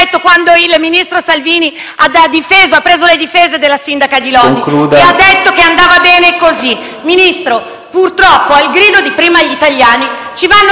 detto, quando il ministro Salvini ha preso le difese della sindaca di Lodi e ha detto che andava bene così? Ministro, purtroppo al grido di «prima gli italiani», ci vanno